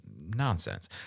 nonsense